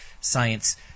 science